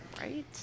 Right